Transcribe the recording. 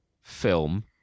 film